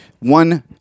One